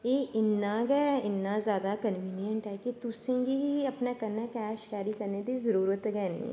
एह् इन्ना गै इन्ना जादा कनविनियंट ऐ कि तुसैं अपने कन्नै कैश कैरी करने दी जरूरत गै नी ऐ